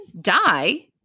die